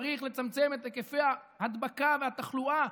צריך לצמצם את היקפי ההדבקה והתחלואה.